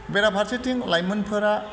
बेरा फारसेथिं लाइमोनफोरा